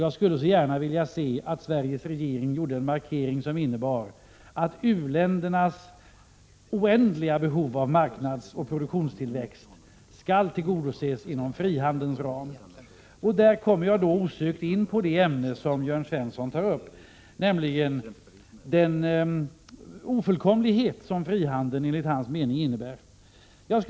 Jag skulle gärna vilja se att Sveriges regering gjorde en markering som innebar att u-ländernas oändliga behov av marknadsoch produktionstillväxt skall tillgodoses inom frihandelns ram. Där kommer jag osökt in på det ämne som Jörn Svensson tar upp, nämligen den ofullkomlighet som frihandeln enligt hans mening innebär.